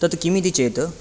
तत् किम् इति चेत्